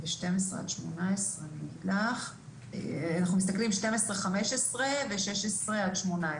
אנחנו מסתכלים על 12-15 ו-16-18,